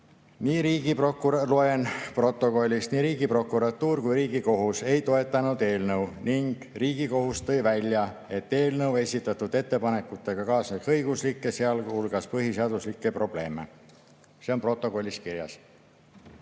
nii Riigiprokuratuur kui Riigikohus ei toetanud eelnõu ning Riigikohus tõi välja, et eelnõu esitatud ettepanekutega kaasneks õiguslikke, sealhulgas põhiseaduslikke probleeme. See on protokollis kirjas.